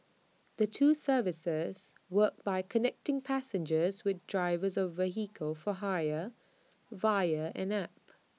the two services work by connecting passengers with drivers of vehicles for hire via an app